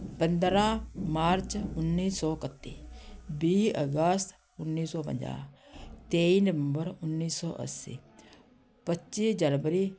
ਪੰਦਰਾਂ ਮਾਰਚ ਉੱਨੀ ਸੌ ਕੱਤੀ ਵੀਹ ਅਗਸਤ ਉੱਨੀ ਸੌ ਪੰਜਾਹ ਤੇਈ ਨਵੰਬਰ ਉੱਨੀ ਸੌ ਅੱਸੀ ਪੱਚੀ ਜਨਵਰੀ